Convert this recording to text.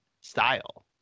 style